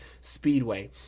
Speedway